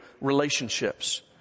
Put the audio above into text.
relationships